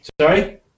Sorry